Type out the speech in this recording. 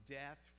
death